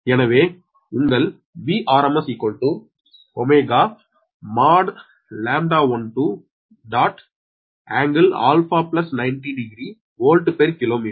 எனவே உங்கள் Vrms ω | λ12 | ∟α900 volt per kilometre